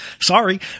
sorry